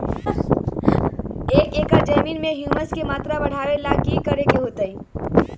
एक एकड़ जमीन में ह्यूमस के मात्रा बढ़ावे ला की करे के होतई?